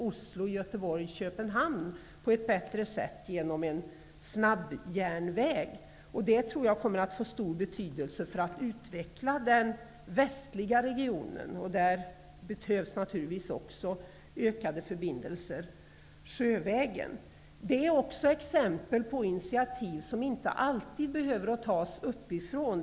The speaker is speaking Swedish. Jag syftar på en snabbjärnväg Oslo--Göteborg--Köpenhamn. Jag tror att detta kommer att få stor betydelse för att utveckla den västliga regionen. Där kommer naturligtvis också att behövas ökade förbindelser sjövägen. Också detta är exempel på att initiativ inte alltid behöver tas uppifrån.